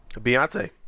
Beyonce